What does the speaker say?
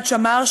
אחד שמר,